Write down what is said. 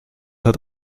had